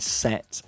set